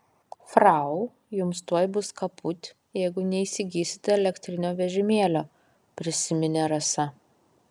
frau jums tuoj bus kaput jeigu neįsigysite elektrinio vežimėlio prisiminė rasa